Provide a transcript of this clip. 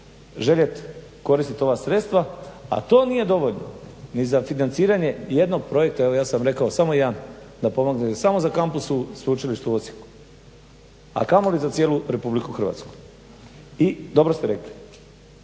željet koristit ova sredstva, a to nije dovoljno ni za financiranje jednog projekta. Evo ja sam rekao samo jedan da pomogne za kampus Sveučilištu u Osijeku, a kamoli za cijelu Republiku Hrvatsku. I dobro ste rekli.